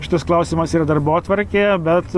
šitas klausimas yra darbotvarkėje bet